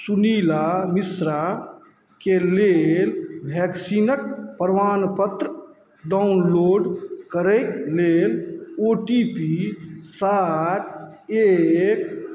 सुनीला मिश्राके लेल वैक्सीनके प्रमाणपत्र डाउनलोड करयके लेल ओ टी पी सात एक